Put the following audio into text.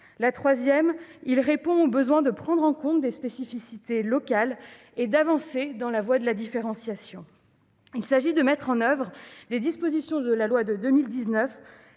enfin, il répond au besoin de prendre en compte des spécificités locales et d'avancer dans la voie de la différenciation. Il s'agit de mettre en oeuvre les dispositions de la loi de 2019